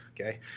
okay